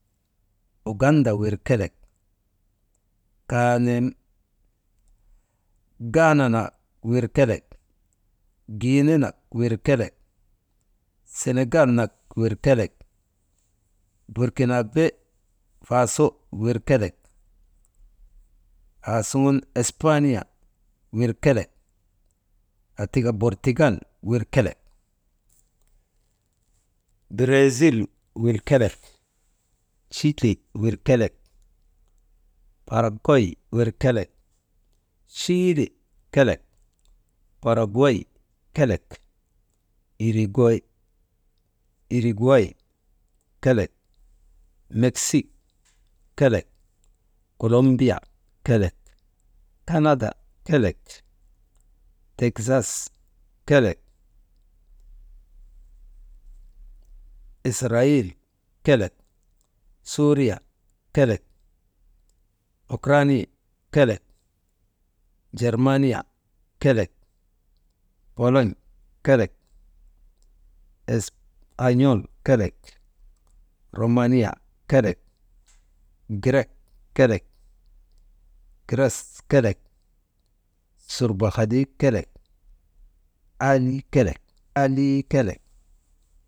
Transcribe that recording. Uganda wir kelek, «hesitation» gaanana wir kelek, giinena wir kelek, Senegal nak wir kelek, burkinaabe faaso wir kelek, aasuŋun spaaniya wir kelek, aatika bortikal wir kelek, bireezil wir kelek, chili wir kelek, parak way wir kelek, chilii wir kelek, parakway kelek,« hesitation» irikway kelek, meksik kelek, colombiya kelek, Kanada kelek, teksas kelek, israyil kelek, suuriya kelek, ukraaniya kelek, jermaaniya kelek, polon̰ kelek, span̰ol kelek, rumaaniya kelek, girek kelek, gres kelek, surbahalii kelek, al kelek, aalii kelek.